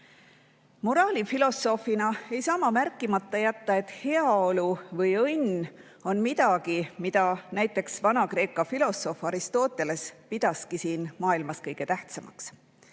Moraalifilosoofina ei saa ma märkimata jätta, et heaolu või õnn on midagi, mida näiteks Vana‑Kreeka filosoof Aristoteles pidaski siin maailmas kõige tähtsamaks.